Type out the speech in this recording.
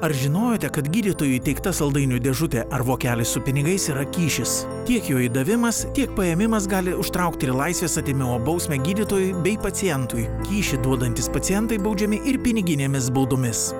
ar žinojote kad gydytojui įteikta saldainių dėžutė ar vokelis su pinigais yra kyšis tiek jo įdavimas tiek paėmimas gali užtraukti ir laisvės atėmimo bausmę gydytojui bei pacientui kyšį duodantys pacientai baudžiami ir piniginėmis baudomis